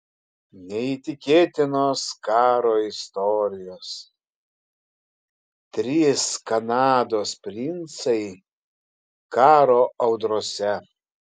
neįtikėtinos karo istorijos trys kanados princai karo audrose